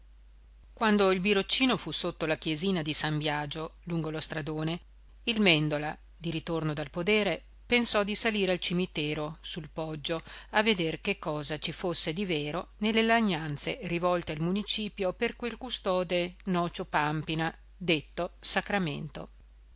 quando il biroccino fu sotto la chiesina di san biagio lungo lo stradone il mèndola di ritorno dal podere pensò di salire al cimitero sul poggio a veder che cosa ci fosse di vero nelle lagnanze rivolte al municipio per quel custode nocio pàmpina detto sacramento